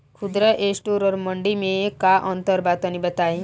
खुदरा स्टोर और मंडी में का अंतर बा तनी बताई?